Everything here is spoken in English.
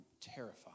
terrified